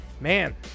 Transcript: Man